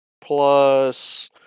plus